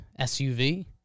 SUV